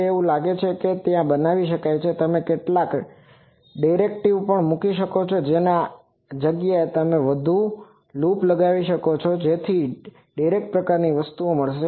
હવે આ એવું લાગે છે કે તે બનાવી શકાય છે અને તમે કેટલાક ડિરેક્ટર પણ મૂકી શકો છો જેની જગ્યાએ તમે ત્યાં વધુ લૂપ લગાવી શકો છો જેથી ડિરેક્ટરને તે પ્રકારની વસ્તુ મળે